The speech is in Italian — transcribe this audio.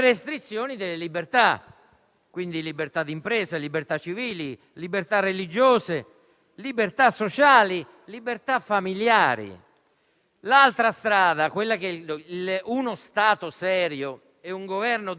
L'altra strada, quella che uno Stato serio e un Governo degno di questo nome con una sostanziale maggioranza avrebbero dovuto intraprendere, è quella del contenimento sanitario, collega Sileri,